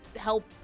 help